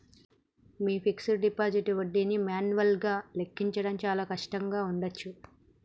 మీ fixed deposit వడ్డీని మాన్యువల్గా లెక్కించడం చాలా కష్టంగా ఉండచ్చు